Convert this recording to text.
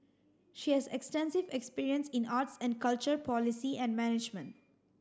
she has extensive experience in arts and culture policy and management